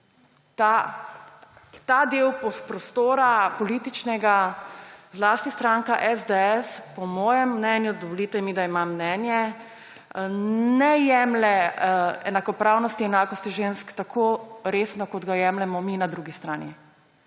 Ta del političnega prostora, zlasti stranka SDS, po mojem mnenju, dovolite mi, da imam mnenje, ne jemlje enakopravnosti enakosti žensk tako resno, kot jo jemljemo mi na drugi strani.